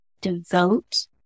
devote